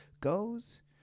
goes